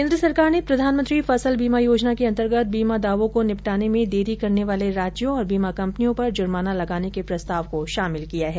केन्द्र सरकार ने प्रधानमंत्री फसल बीमा योजना के अंतर्गत बीमा दावों को निपटाने में देरी करने वाले राज्यों और बीमा कंपनियों पर जुर्माना लगाने के प्रस्ताव को शामिल किया है